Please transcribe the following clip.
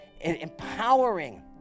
empowering